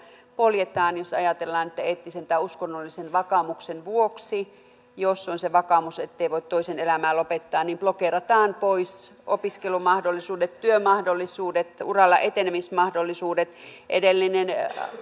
poljetaan jos ajatellaan että eettisen tai uskonnollisen vakaumuksen vuoksi jos on se vakaumus ettei voi toisen elämää lopettaa blokeerataan pois opiskelumahdollisuudet työmahdollisuudet uralla etenemisen mahdollisuudet edellinen